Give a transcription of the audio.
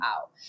out